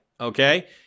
okay